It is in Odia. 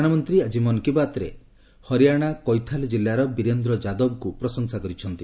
ପ୍ରଧାନମନ୍ତ୍ରୀ ଆଜି ମନ୍ କୀ ବାତ୍ରେ ହରିୟାଣା କେଥାଲ୍ ଜିଲ୍ଲାର ବୀରେନ୍ଦ୍ର ଯାଦବଙ୍କୁ ପ୍ରଶଂସା କରିଛନ୍ତି